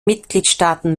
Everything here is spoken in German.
mitgliedstaaten